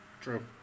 True